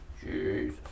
Jesus